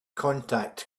contact